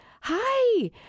hi